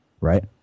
right